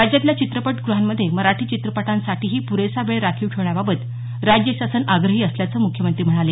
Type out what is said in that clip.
राज्यातल्या चित्रपटगृहांमध्ये मराठी चित्रपटांसाठीही पुरेसा वेळ राखीव ठेवण्याबाबत राज्यशासन आग्रही असल्याचं म्ख्यमंत्री म्हणाले